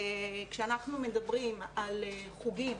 כשאנחנו מדברים על חוגים,